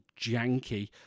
janky